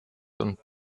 und